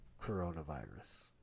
coronavirus